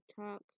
talk